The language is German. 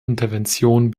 intervention